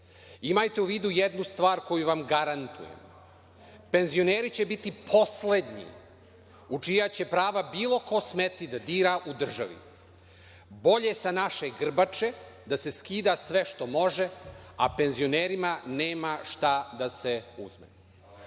imajte u vidu jednu stvar koju vam garantujem, penzioneri će biti poslednji u čija će prava bilo ko smeti da dira u državi. Bolje sa naše grbače da se skida sve što može, a penzionerima nema šta da se uzme“.Kao